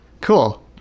Cool